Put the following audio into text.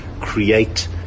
create